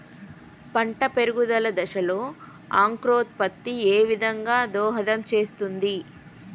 పంట పెరుగుదల దశలో అంకురోత్ఫత్తి ఏ విధంగా దోహదం చేస్తుంది?